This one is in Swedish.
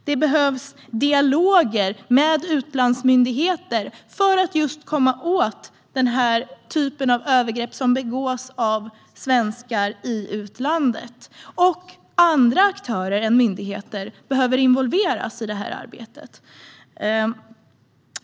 Det behövs dialoger med utlandsmyndigheter för att komma åt den typ av övergrepp som begås av svenskar i utlandet, och andra aktörer än myndigheter behöver involveras i detta arbete.